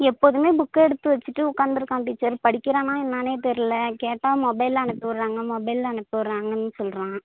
எப்போதுமே புக்கை எடுத்து வச்சுட்டு உக்கார்ந்துருக்கான் டீச்சர் படிக்கிறானா என்னன்னே தெர்லை கேட்டால் மொபைலில் அனுப்பி விட்றாங்க மொபைலில் அனுப்பி விட்றாங்கன்னு சொல்கிறான்